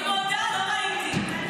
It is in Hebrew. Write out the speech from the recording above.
אני מודה, לא ראיתי.